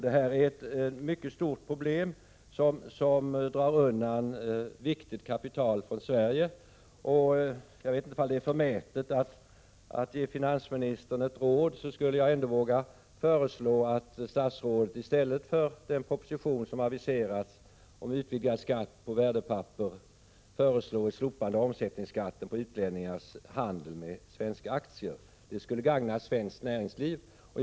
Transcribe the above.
Det här är ett mycket stort problem, som innebär att viktigt kapital undandras från Sverige. Jag vet inte ifall det är förmätet att ge finansministern ett råd, men jag skulle ändå våga föreslå att statsrådet i stället för den proposition som aviserats om ytterligare skatt på värdepapper föreslår slopande av omsättningsskatten på utlänningars handel med svenska aktier. Det skulle gagna svenskt näringsliv.